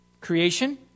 Creation